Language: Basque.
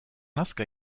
nazka